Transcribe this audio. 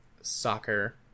soccer